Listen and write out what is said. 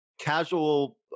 casual